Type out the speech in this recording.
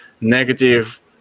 negative